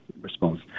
response